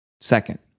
second